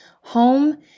home